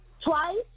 Twice